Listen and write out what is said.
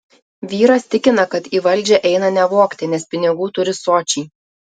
vyras tikina kad į valdžią eina ne vogti nes pinigų turi sočiai